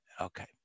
Okay